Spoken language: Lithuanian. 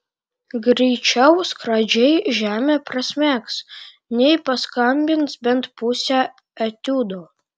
greičiau skradžiai žemę prasmegs nei paskambins bent pusę etiudo